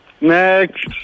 Next